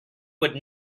would